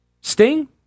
Sting